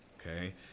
Okay